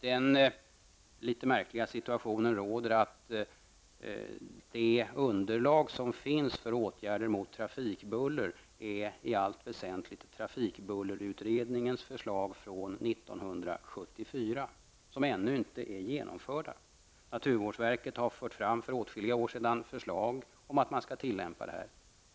Den litet märkliga situationen råder att det underlag som finns för åtgärder mot trafikbuller i allt väsentligt är trafikbullerutredningens förslag från 1974, som ännu inte är genomförda. Naturvårdsverket har för åtskilliga år sedan fört fram förslag om att man skall genomföra dem.